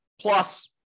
plus